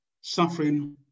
suffering